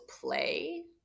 play